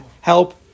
help